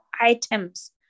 items